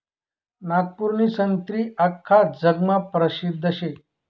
नागपूरनी संत्री आख्खा जगमा परसिद्ध शे